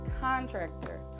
contractor